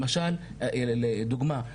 לדוגמה,